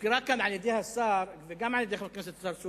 הוזכרה כאן על-ידי השר וגם על-ידי חבר הכנסת צרצור